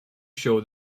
show